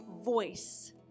voice